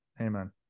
Amen